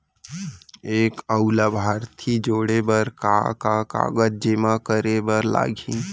एक अऊ लाभार्थी जोड़े बर का का कागज जेमा करे बर लागही?